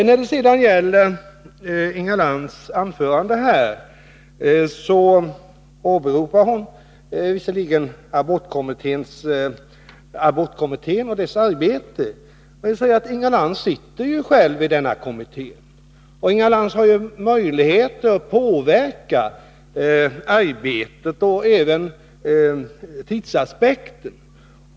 I sitt anförande nyss åberopade Inga Lantz abortkommittén och dess arbete. Men Inga Lantz sitter ju själv i denna kommitté och har möjlighet att påverka arbetet och även tidsaspekten.